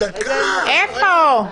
איפה?